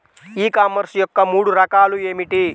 E commerce యొక్క మూడు రకాలు ఏమిటి?